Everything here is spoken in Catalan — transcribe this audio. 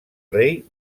rei